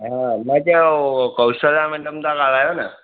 हा मां चयो कौशलिया मैडम था ॻाल्हायो न